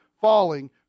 falling